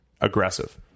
aggressive